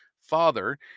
father